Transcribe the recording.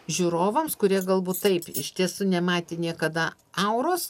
žiūrovams kurie galbūt taip iš tiesų nematė niekada auros